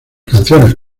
canciones